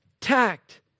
tact